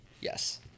yes